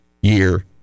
year